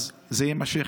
זה יימשך.